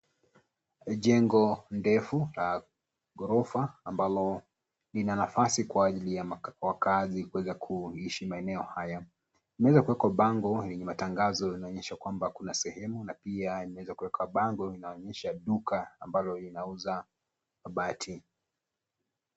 Jengo ndefu la ghorofa ambalo lina nafasi kwa ajili ya wakazi kuweza kuishi maeneo haya. Limeweza kuwekwa bango yenye matangazo inaonyesha kwamba kuna sehemu na pia limeweza kuwekwa bango linaonyesha duka ambalo linauza mabati.